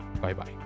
Bye-bye